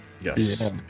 yes